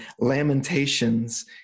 Lamentations